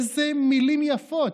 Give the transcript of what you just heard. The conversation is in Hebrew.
איזה מילים יפות,